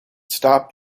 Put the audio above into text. stop